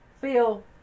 Feel